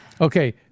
Okay